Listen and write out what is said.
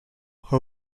her